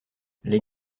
les